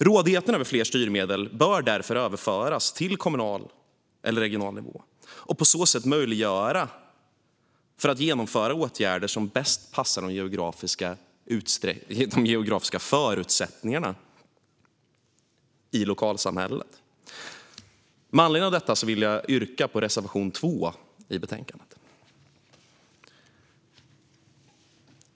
Rådigheten över fler styrmedel bör därför överföras till kommunal eller regional nivå och på så sätt möjliggöra åtgärder som bäst passar de geografiska förutsättningarna i lokalsamhället. Med anledning av detta yrkar jag bifall till reservation 2 i betänkandet.